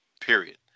period